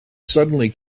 suddenly